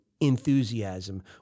enthusiasm